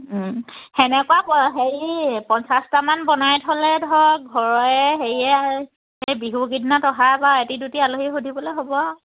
সেনেকুৱা হেৰি পঞ্চাছটামান বনাই থ'লে ধৰক ঘৰৰে হেৰিয়ে এই বিহু কেইদিনত অহা বাৰু এটি দুটি আলহী সুধিবলৈ হ'ব